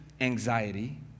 anxiety